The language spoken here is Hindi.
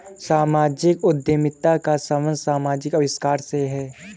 सामाजिक उद्यमिता का संबंध समाजिक आविष्कार से है